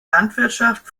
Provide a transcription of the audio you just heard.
landwirtschaft